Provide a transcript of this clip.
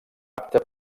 apte